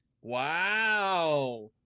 Wow